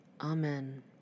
Amen